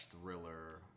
thriller